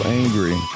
angry